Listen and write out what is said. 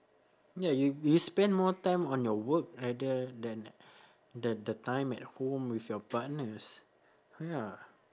ya you you spend more time on your work rather than than the time at home with your partners ya